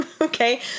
Okay